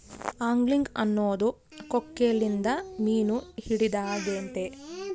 angling ಅನ್ನೊದು ಕೊಕ್ಕೆಲಿಂದ ಮೀನು ಹಿಡಿದಾಗೆತೆ